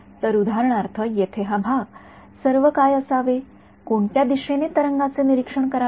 तर उदाहरणार्थ येथे हा भाग सर्व काय असावे कोणत्या दिशेने तरंगाचे निरीक्षण करावे